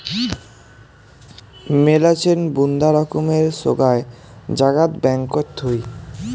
মেলাছেন বুন্দা রকমের সোগায় জাগাত ব্যাঙ্কত থুই